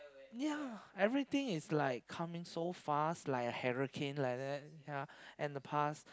ya everything is like coming so fast like a hurricane like that ya and the past